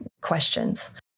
questions